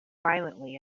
violently